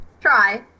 try